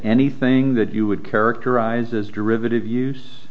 anything that you would characterize as derivative use